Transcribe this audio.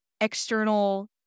external